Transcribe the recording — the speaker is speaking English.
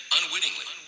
unwittingly